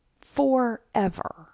forever